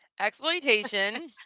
Exploitation